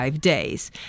days